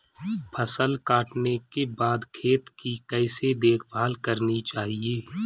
फसल काटने के बाद खेत की कैसे देखभाल करनी चाहिए?